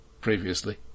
previously